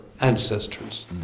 ancestors